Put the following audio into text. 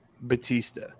Batista